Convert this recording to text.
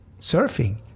surfing